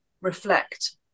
reflect